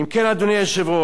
אדוני רוצה,